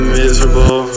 miserable